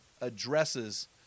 addresses